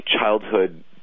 childhood